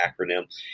acronym